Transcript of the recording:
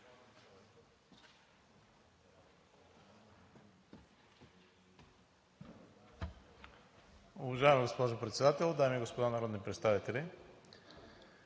Уважаема госпожо Председател, дами и господа народни представители!